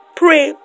pray